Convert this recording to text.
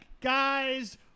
guys